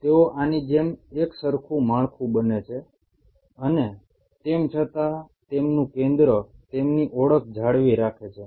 તેઓ આની જેમ એકસરખું માળખું બને છે અને તેમ છતાં તેમનું કેન્દ્ર તેમની ઓળખ જાળવી રાખે છે